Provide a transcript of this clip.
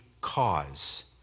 cause